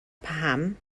paham